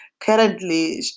Currently